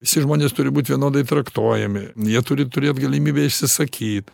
visi žmonės turi būt vienodai traktuojami jie turi turėt galimybę išsisakyt